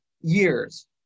years